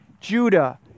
Judah